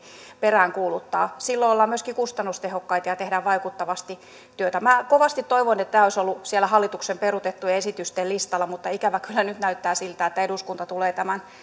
peräänkuuluttaa silloin ollaan myöskin kustannustehokkaita ja tehdään vaikuttavasti työtä minä kovasti toivoin että tämä olisi ollut siellä hallituksen peruutettujen esitysten listalla mutta ikävä kyllä nyt näyttää siltä että eduskunta tulee tämän